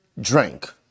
drank